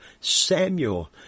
Samuel